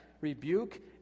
rebuke